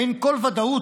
אין כל ודאות,